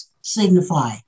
signify